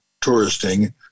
touristing